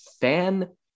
fan